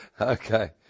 Okay